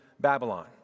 Babylon